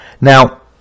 Now